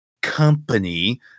company